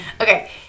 Okay